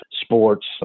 Sports